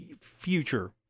future